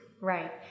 right